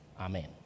Amen